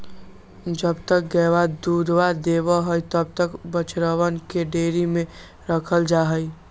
जब तक गयवा दूधवा देवा हई तब तक बछड़वन के डेयरी में रखल जाहई